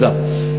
תודה.